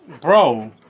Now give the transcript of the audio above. Bro